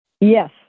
Yes